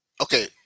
Okay